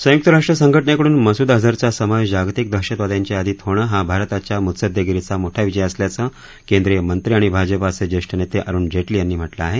संयुक्त राष्ट्र संघटनेकडून मसूद अजहरचा समावेश जागतिक दहशतवाद्यांच्या यादीत होणं हा भारताच्या मुत्सद्देगिरीचा मोठा विजय असल्याचं केंद्रीय मंत्री आणि भाजपाचे ज्येष्ठ नेते अरुण जेटली यांनी म्हटलं आहे